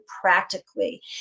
practically